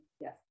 Yes